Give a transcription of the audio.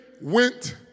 went